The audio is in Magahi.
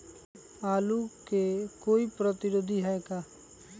आलू के कोई प्रतिरोधी है का?